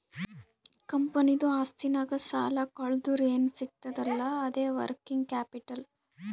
ಕಂಪನಿದು ಆಸ್ತಿನಾಗ್ ಸಾಲಾ ಕಳ್ದುರ್ ಏನ್ ಸಿಗ್ತದ್ ಅಲ್ಲಾ ಅದೇ ವರ್ಕಿಂಗ್ ಕ್ಯಾಪಿಟಲ್